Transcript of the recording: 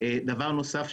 דבר נוסף,